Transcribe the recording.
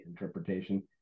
interpretation